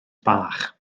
bach